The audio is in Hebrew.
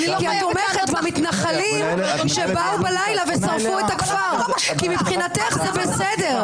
כי את תומכת במתנחלים שבליל שרפו את הכפר כי מבחינתך זה בסדר.